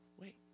Wait